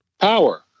Power